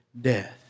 death